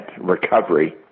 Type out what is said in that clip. recovery